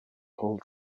whole